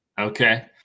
Okay